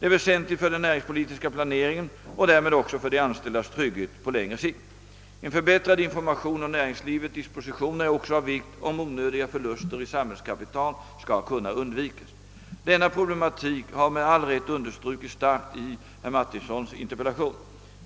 Det är väsentligt för den näringspolitiska planeringen och därmed också för de anställdas trygghet på längre sikt. En förbättrad information om näringslivets dispositioner är också av vikt, om onödiga förluster i samhällskapital skall kunna undvikas. Denna problematik har med all rätt understrukits starkt i herr Martinssons interpellation.